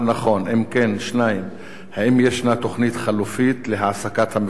2. אם כן, האם יש תוכנית חלופית להעסקת המפוטרים?